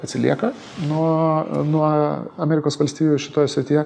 atsilieka nuo nuo amerikos valstijų šitoj srityje